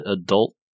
adult